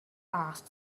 asked